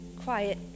quiet